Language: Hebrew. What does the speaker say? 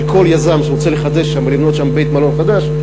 על כל יזם שרוצה לחדש שם ולבנות שם בית-מלון חדש,